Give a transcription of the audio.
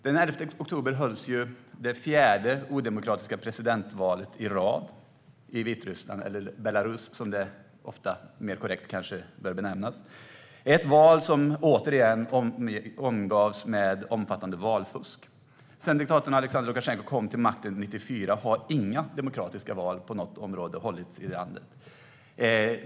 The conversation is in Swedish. Den 11 oktober hölls det fjärde odemokratiska presidentvalet i rad i Vitryssland, eller Belarus som det kanske mer korrekt bör benämnas. Det var ett val som återigen omgärdades med omfattande valfusk. Sedan diktatorn Aleksandr Lukasjenko kom till makten 1994 har inga demokratiska val på något område hållits i landet.